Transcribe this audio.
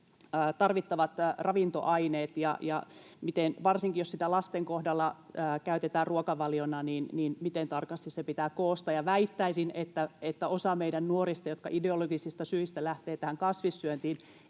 tarvittavat ravintoaineet, ja varsinkin siihen, että jos sitä lasten kohdalla käytetään ruokavaliona, niin miten tarkasti se pitää koostaa. Väittäisin, että osa meidän nuorista, jotka ideologisista syistä lähtevät kasvissyöntiin,